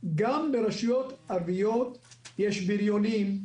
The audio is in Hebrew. גם ברשויות ערביות יש בריונים,